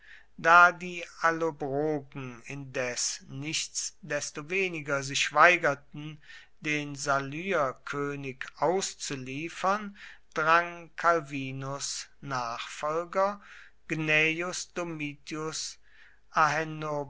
da die allobrogen indes nichtsdestoweniger sich weigerten den salyerkönig auszuliefern drang calvinus nachfolger gnaeus domitius